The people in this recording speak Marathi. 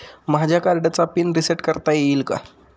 माझ्या कार्डचा पिन रिसेट करता येईल का?